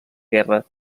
guerra